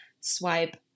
swipe